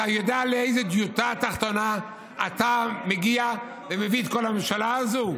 אתה יודע לאיזו דיוטה תחתונה אתה מגיע ומביא את כל הממשלה הזו?